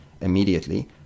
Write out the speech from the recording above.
immediately